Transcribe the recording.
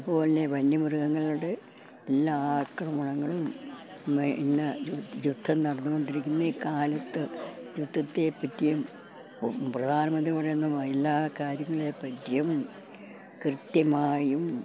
അതുപോലെത്തന്നെ വന്യമൃഗങ്ങളുടെ എല്ലാ ആക്രമണങ്ങളും ഇന്ന് യുദ്ധം നടന്നുകൊണ്ടിരിക്കുന്ന ഈ കാലത്ത് യുദ്ധത്തെപ്പറ്റിയും പ്രധാനമന്ത്രി പറയുന്നതുമായ എല്ലാ കാര്യങ്ങളെപ്പറ്റിയും കൃത്യമായും